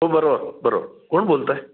हो बरोबर बरोबर कोण बोलत आहे